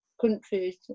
countries